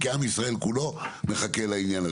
כי עם ישראל כולו מחכה לעניין הזה.